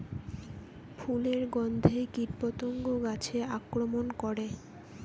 ফুলের গণ্ধে কীটপতঙ্গ গাছে আক্রমণ করে?